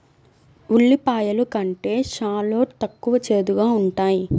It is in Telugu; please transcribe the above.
ఉల్లిపాయలు కంటే షాలోట్ తక్కువ చేదుగా ఉంటాయి